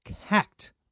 hacked